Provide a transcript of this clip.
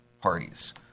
parties